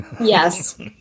Yes